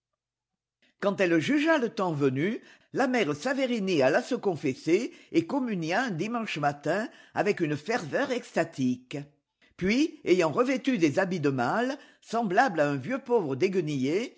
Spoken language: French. quand elle jugea le temps venu la mère saverini alla se confesser et communia un dimanche matin avec une ferveur extatique puis ayant revêtu des habits de maie semblable à un vieux pauvre